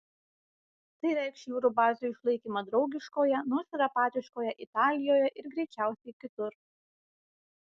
tai reikš jūrų bazių išlaikymą draugiškoje nors ir apatiškoje italijoje ir greičiausiai kitur